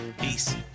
Peace